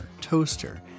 toaster